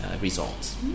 results